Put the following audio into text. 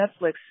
netflix